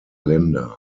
länder